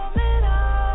middle